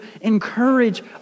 encourage